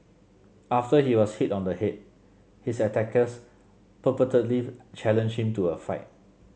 after he was hit on the head his attackers purportedly challenged him to a fight